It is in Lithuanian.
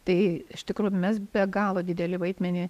tai iš tikrųjų mes be galo didelį vaidmenį